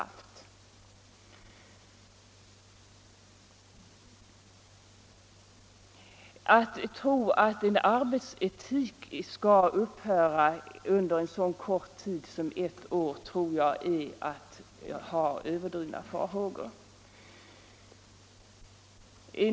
Att tro att en arbetsetik skulle upphöra att fungera under en så kort tid som ett år är att ha överdrivna farhågor.